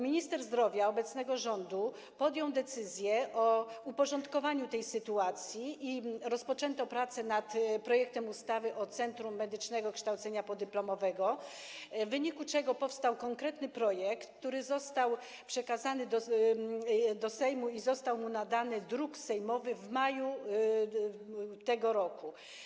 Minister zdrowia obecnego rządu podjął decyzję o uporządkowaniu tej sytuacji i rozpoczęto prace nad projektem ustawy o Centrum Medycznego Kształcenia Podyplomowego, w wyniku czego powstał konkretny projekt, który został przekazany do Sejmu - i został mu nadany numer druku sejmowego - w maju tego roku.